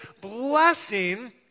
Blessing